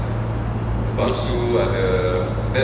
which